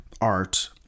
art